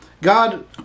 God